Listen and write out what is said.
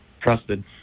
trusted